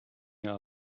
mir